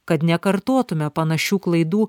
kad nekartotume panašių klaidų